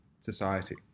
society